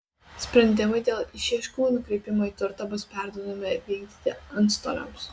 sprendimai dėl išieškų nukreipimo į turtą bus perduodami vykdyti antstoliams